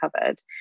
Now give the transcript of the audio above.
covered